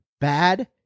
bad